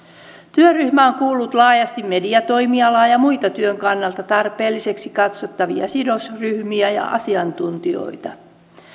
työryhmään on kuulunut laajasti mediatoimialaa ja muita työn kannalta tarpeellisiksi katsottavia sidosryhmiä ja asiantuntijoita